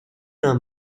d’un